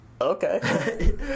okay